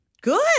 Good